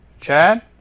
Chad